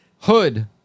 Hood